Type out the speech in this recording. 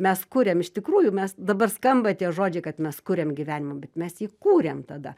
mes kuriam iš tikrųjų mes dabar skamba tie žodžiai kad mes kuriam gyvenimą bet mes jį kūrėm tada